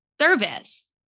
service